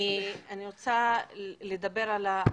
אני רוצה לדבר על ה,